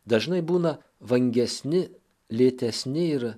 dažnai būna vangesni lėtesni ir